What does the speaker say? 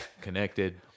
connected